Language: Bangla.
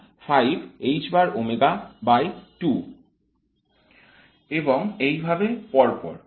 তো এটা আপনাকে কি বলে